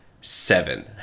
seven